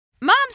Moms